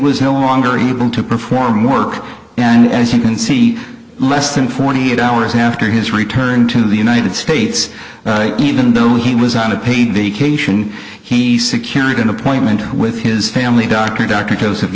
was no longer able to perform work and as you can see less than forty eight hours after his return to the united states even though he was on a paid vacation he secured an appointment with his family doctor d